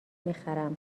میخرم